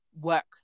work